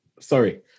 sorry